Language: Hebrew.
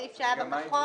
סעיף שהיה בנוסח הכחול.